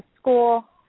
school